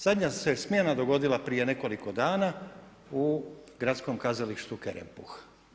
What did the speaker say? Zadnja se smjena dogodila prije nekoliko dana u Gradskom kazalištu Kerempuh.